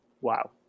wow